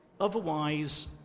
Otherwise